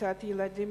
הוצאת ילדים